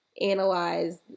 analyze